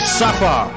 suffer